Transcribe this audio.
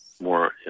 more